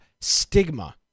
stigma